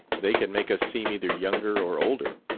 they can make us seem either younger or older.